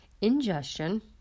ingestion